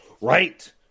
Right